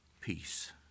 Peace